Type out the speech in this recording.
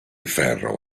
ferro